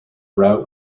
route